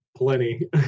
plenty